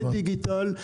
בדיגיטל,